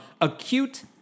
acute